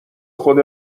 خود